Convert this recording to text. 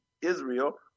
Israel